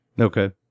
Okay